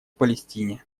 палестине